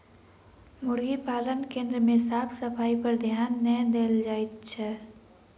मुर्गी पालन केन्द्र मे साफ सफाइपर ध्यान नै देल जाइत छै